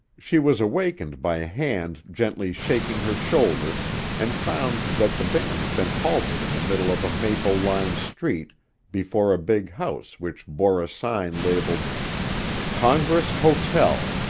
she was awakened by a hand gently shaking her shoulder and found that the van had been halted in the middle of a maple-lined street before a big house which bore a sign labeled congress hotel.